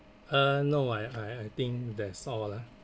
uh no I I I think that's all lah